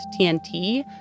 TNT